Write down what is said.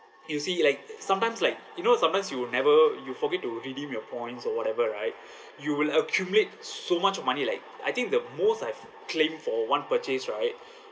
you see like sometimes like you know sometimes you will never you forget to redeem your points or whatever right you will accumulate so much of money like I think the most I've claimed for one purchased right